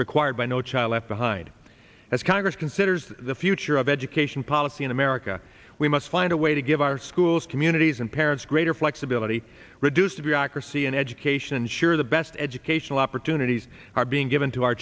required by no child left behind as congress considers the future of education policy in america we must find a way to give our schools communities and parents greater flexibility reduce to be accuracy and education ensure the best educational opportunities are being given to our